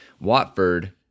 Watford